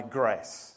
grace